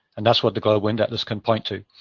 and that's what the global wind atlas can point to.